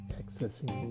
accessing